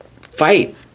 fight